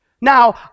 Now